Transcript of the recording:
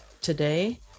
today